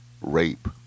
rape